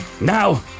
now